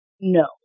no